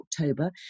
October